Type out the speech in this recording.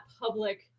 public